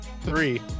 three